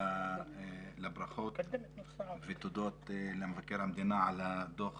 מצטרף לברכות ותודות למבקר המדינה על הדוח